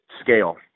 scale